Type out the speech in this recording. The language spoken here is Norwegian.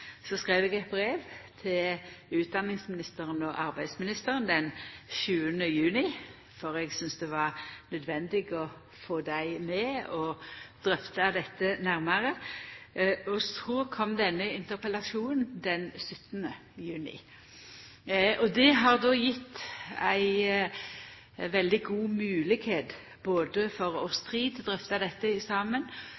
Så skreiv eg eit brev til utdanningsministeren og arbeidsministeren den 7. juni, for eg syntest det var nødvendig å få dei med og drøfta dette nærare. Så kom denne interpellasjonen den 15. juni. Det har gjeve både oss tre eit veldig godt høve til å